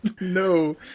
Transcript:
No